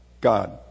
God